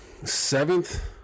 seventh